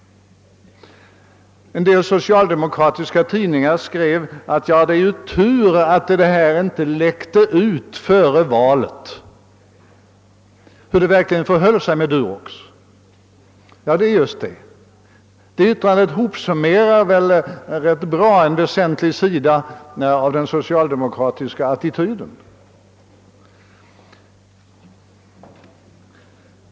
En del socialdemokratiska tidningar skrev sedan, att »det var tur att det inte läckte ut före valet» hur det verkligen förhöll sig med Durox. Det yttrandet ger en god bild av den socialdemokratiska attityden.